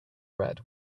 red